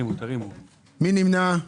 מי נמנע?